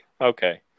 Okay